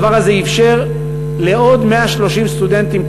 הדבר הזה אפשר לעוד 130 סטודנטים,